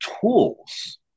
tools